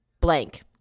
blank